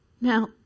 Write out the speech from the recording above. Now